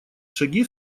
шаги